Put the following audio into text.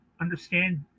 Understand